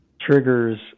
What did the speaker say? Triggers